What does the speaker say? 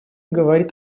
говорит